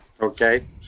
Okay